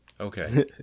Okay